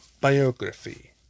biography